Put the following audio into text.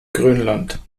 grönland